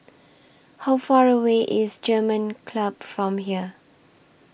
How Far away IS German Club from here